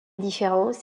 différence